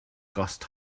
gost